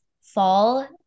Fall